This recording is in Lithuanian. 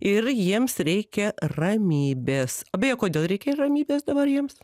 ir jiems reikia ramybės o beje kodėl reikia ramybės dabar jiems